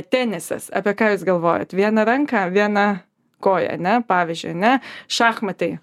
tenisas apie ką jūs galvojat vieną ranką vieną koją ane pavyzdžiui ne šachmatai